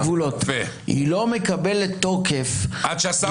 היא לא מקבלת תוקף -- עד שהשר חותם.